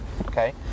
okay